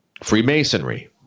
Freemasonry